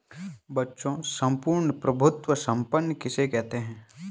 बच्चों सम्पूर्ण प्रभुत्व संपन्न किसे कहते हैं?